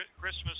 Christmas